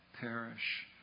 perish